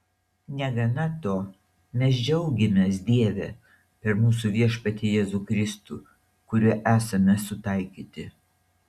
negana to mes džiaugiamės dieve per mūsų viešpatį jėzų kristų kuriuo esame sutaikyti